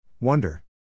Wonder